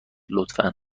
لطفا